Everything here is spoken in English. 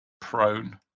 prone